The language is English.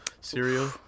cereal